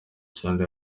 cyane